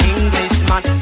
Englishman